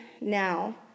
now